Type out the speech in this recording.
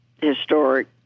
historic